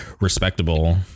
respectable